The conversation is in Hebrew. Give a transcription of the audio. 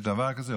יש דבר כזה,